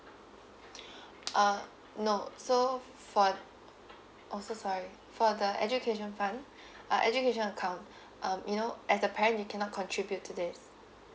uh no so for oh so sorry for the education fund like education account um you know as a parent you cannot contribute to this